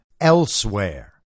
elsewhere